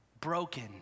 broken